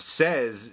says